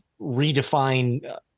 redefine